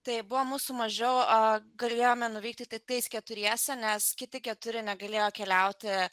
tai buvo mūsų mažisu galėjome nuvykti tais keturiese nes kiti keturi negalėjo keliauti